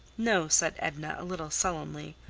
no, said edna, a little sullenly.